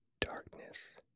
darkness